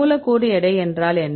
மூலக்கூறு எடை என்றால் என்ன